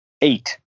eight